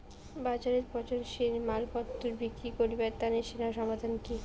বাজারত পচনশীল মালপত্তর বিক্রি করিবার তানে সেরা সমাধান কি?